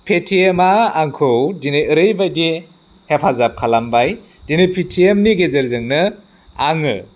पेटिएमआ आंखौ दिनै ओरैबायदि हेफाजाब खालामबाय दिनै पेटिएमनि गेजेरजोंनो आङो